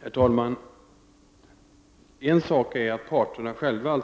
Herr talman! En sak är att parterna själva,